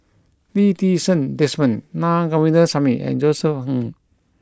Lee Ti Seng Desmond Naa Govindasamy and Josef Ng